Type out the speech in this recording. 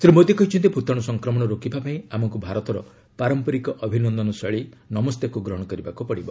ଶ୍ରୀ ମୋଦି କହିଛନ୍ତି ଭୂତାଣୁ ସଂକ୍ରମଣ ରୋକିବାପାଇଁ ଆମକୁ ଭାରତର ପାରମ୍ପରିକ ଅଭିନନ୍ଦନ ଶୈଳୀ ନମସ୍ତେକୁ ଗ୍ରହଣ କରିବାକୁ ପଡ଼ିବ